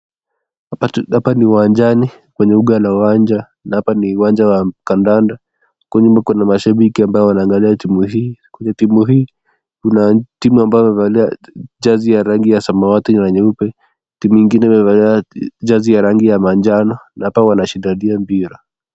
Hapa ni uwanjani kwenye uga la uwanja na hapa ni uwanja wa kandanda, uko nyuma kuna mashabiki ambao wanaangalia timu hii, kwenye timu hii kuna timu ambayo imevalia jezi ya rangi ya samawati na nyeupe, timu ingine imevalia jezi ya rangi ya manjano na hapa wanashindania mpira.